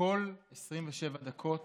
כל 27 דקות